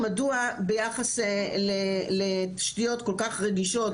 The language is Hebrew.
מדוע ביחס לתשתיות כל כך רגישות,